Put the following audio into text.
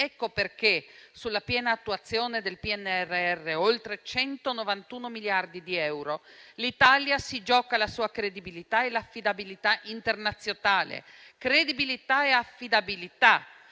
Ecco perché sulla piena attuazione del PNRR (oltre 191 miliardi di euro) l'Italia si gioca la sua credibilità e la sua affidabilità internazionale. E ripeto credibilità e affidabilità.